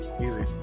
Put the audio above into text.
Easy